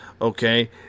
Okay